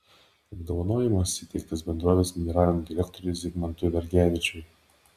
apdovanojimas įteiktas bendrovės generaliniam direktoriui zigmantui dargevičiui